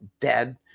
dead